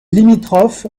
limitrophe